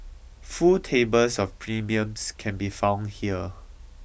full tables of premiums can be found here